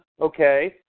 okay